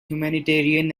humanitarian